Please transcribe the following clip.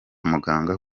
muganga